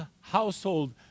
household